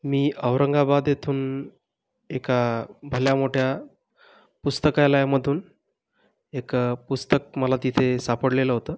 मी औरंगाबाद येथून एका भल्या मोठ्या पुस्तकालयामधून एक पुस्तक मला तिथे सापडलेलं होतं